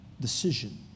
decision